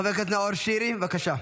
חבר הכנסת נאור שירי, בבקשה.